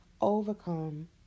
overcome